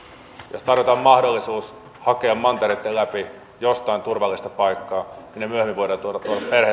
jos tarjotaan mahdollisuus hakea mantereitten läpi jostain turvallista paikkaa minne myöhemmin voidaan tuoda